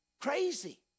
Crazy